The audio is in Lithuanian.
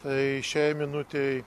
tai šiai minutei